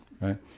Right